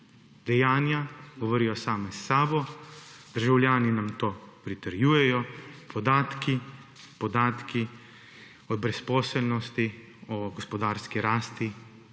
Dejanja govorimo sama s seboj, državljani nam to pritrjujejo, podatki o brezposelnosti, o gospodarski rasti